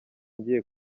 ngiye